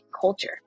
culture